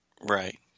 Right